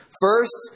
first